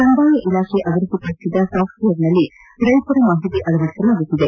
ಕಂದಾಯ ಇಲಾಖೆ ಅಭಿವೃದ್ಧಿಪಡಿಸಿದ ಸಾಫ್ಟವೇರ್ನಲ್ಲಿ ರೈತರ ಮಾಹಿತಿ ಅಳವಡಿಸಲಾಗುತ್ತಿದೆ